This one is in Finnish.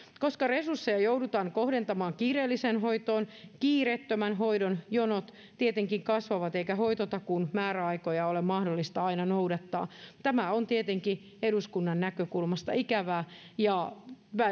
koska resursseja joudutaan kohdentamaan kiireelliseen hoitoon kiireettömän hoidon jonot tietenkin kasvavat eikä hoitotakuun määräaikoja ole mahdollista aina noudattaa tämä on tietenkin eduskunnan näkökulmasta ikävää ja